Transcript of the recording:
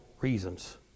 reasons